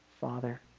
Father